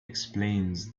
explains